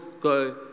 go